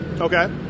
Okay